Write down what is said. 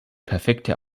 perfekte